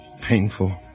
painful